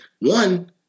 One